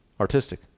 artistic